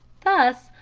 thus,